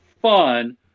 fun